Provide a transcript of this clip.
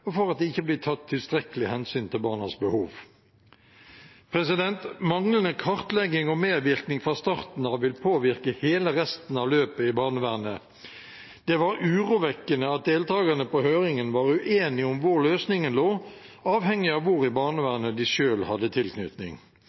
og for at det ikke blir tatt tilstrekkelig hensyn til barnas behov. Manglende kartlegging og medvirkning fra starten av vil påvirke hele resten av løpet i barnevernet. Det var urovekkende at deltakerne på høringen var uenige om hvor løsningen lå, avhengig av hvor i barnevernet de selv hadde tilknytning.